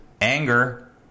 anger